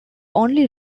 only